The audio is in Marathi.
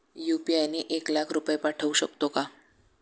यु.पी.आय ने एक लाख रुपये पाठवू शकतो का?